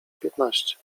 piętnaście